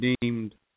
deemed